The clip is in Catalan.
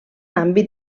àmbit